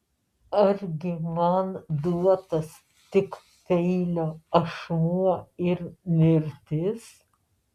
argi man duotas tik peilio ašmuo ir mirtis